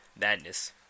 madness